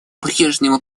прежнему